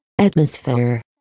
atmosphere